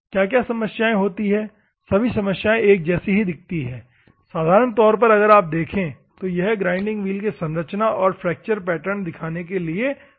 क्या क्या समस्याएं होती है सभी समस्याएं एक जैसी ही दिखती है साधारण तौर पर अगर आप देखें तो यह ग्राइंडिंग व्हील के संरचना और फ्रैक्चर पैटर्न दिखाने के लिए फिजिकल मॉडल है